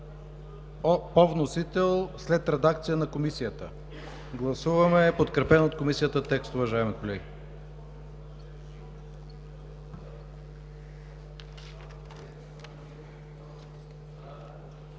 по вносител след редакция от Комисията. Гласуваме подкрепен от Комисията текст, уважаеми колеги.